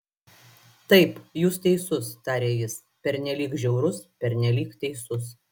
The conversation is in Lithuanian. taip jūs teisus tarė jis pernelyg žiaurus pernelyg teisus